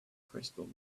crystal